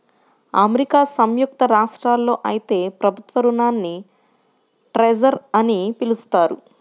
America సంయుక్త రాష్ట్రాల్లో అయితే ప్రభుత్వ రుణాల్ని ట్రెజర్ అని పిలుస్తారు